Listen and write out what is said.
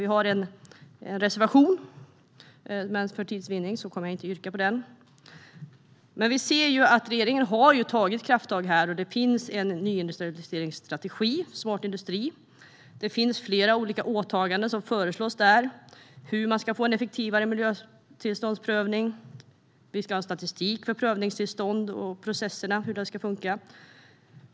Vi har en reservation, men för tids vinnande kommer jag inte att yrka bifall till den. Vi ser att regeringen har tagit krafttag här. Det finns en nyindustrialiseringsstrategi, Smart industri, där flera olika åtaganden föreslås när det gäller hur man ska få en effektivare miljötillståndsprövning. Vi ska ha statistik över prövningstillstånd, och det handlar om hur processerna ska funka.